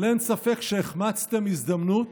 אבל אין ספק שהחמצתם הזדמנות,